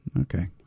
Okay